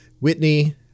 Whitney